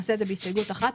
נעשה את זה בהסתייגות אחת,